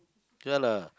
real lah